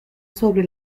sobre